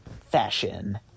fashion